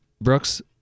Brooks